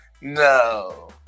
No